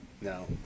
No